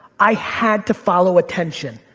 i had to follow attention.